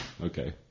okay